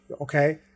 okay